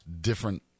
different –